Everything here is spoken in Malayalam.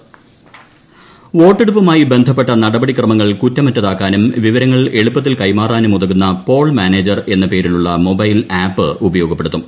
പോൾ മാനേജർ വോട്ടെടുപ്പുമായി ബന്ധപ്പെട്ട നടപടിക്രമങ്ങൾ കുറ്റമറ്റതാക്കാനും വിവരങ്ങൾ എളുപ്പത്തിൽ കൈമാറാനും ഉതകുന്ന പോൾ മാനേജർ എന്ന പേരിലുള്ള മൊബൈൽ ആപ്പ് ഉപയോഗപ്പെടുത്തും